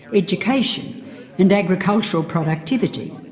education and agricultural productivity.